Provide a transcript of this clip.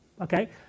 Okay